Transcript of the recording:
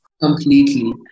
Completely